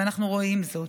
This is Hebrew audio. ואנחנו רואים זאת.